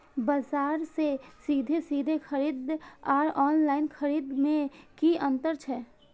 बजार से सीधे सीधे खरीद आर ऑनलाइन खरीद में की अंतर छै?